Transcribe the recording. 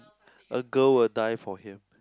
a girl will die for him